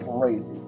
crazy